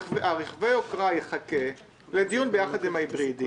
הצו בעניין רכבי יוקרה יחכה לדיון ביחד עם הצו בעניין הרכב ההיברידי,